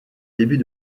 début